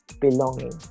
belonging